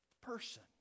person